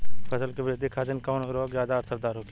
फसल के वृद्धि खातिन कवन उर्वरक ज्यादा असरदार होखि?